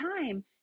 time